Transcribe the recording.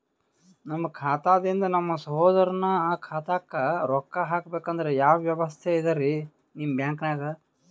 ನಮ್ಮ ಖಾತಾದಿಂದ ನಮ್ಮ ಸಹೋದರನ ಖಾತಾಕ್ಕಾ ರೊಕ್ಕಾ ಹಾಕ್ಬೇಕಂದ್ರ ಯಾವ ವ್ಯವಸ್ಥೆ ಇದರೀ ನಿಮ್ಮ ಬ್ಯಾಂಕ್ನಾಗ?